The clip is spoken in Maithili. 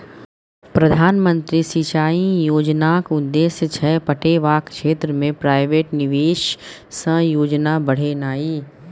प्रधानमंत्री सिंचाई योजनाक उद्देश्य छै पटेबाक क्षेत्र मे प्राइवेट निबेश सँ उपजा बढ़ेनाइ